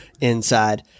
inside